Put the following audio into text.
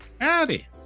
Howdy